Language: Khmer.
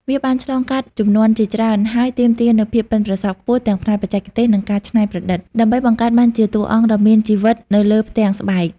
វាបានឆ្លងកាត់ជំនាន់ជាច្រើន ហើយទាមទារនូវភាពប៉ិនប្រសប់ខ្ពស់ ទាំងផ្នែកបច្ចេកទេស និងការច្នៃប្រឌិត ដើម្បីបង្កើតបានជាតួអង្គដ៏មានជីវិតនៅលើផ្ទាំងស្បែក។